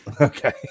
Okay